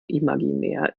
imaginär